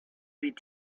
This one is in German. wie